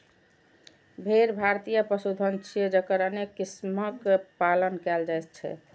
भेड़ भारतीय पशुधन छियै, जकर अनेक किस्मक पालन कैल जाइ छै